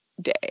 day